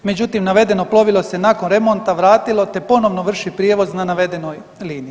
Međutim, navedeno plovilo se nakon remonta vratilo te ponovno vrši prijevoz na navedenoj liniji.